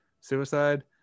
suicide